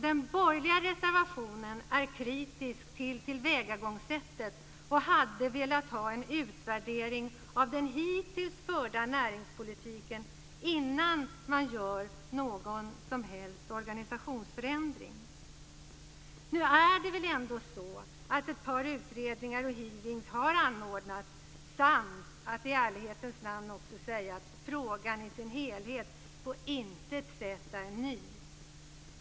Den borgerliga reservationen är kritisk till tillvägagångssättet, och man hade velat ha en utvärdering av den hittills förda näringspolitiken innan någon som helst organisationsförändring görs. Nu har ett par utredningar och hearings anordnats, och frågan är, i ärlighetens namn, på intet sätt ny.